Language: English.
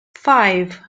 five